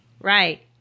right